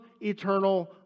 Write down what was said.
eternal